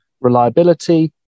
reliability